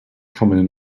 common